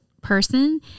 person